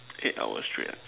eight hours straight ah